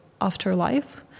Afterlife